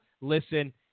listen